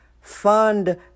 fund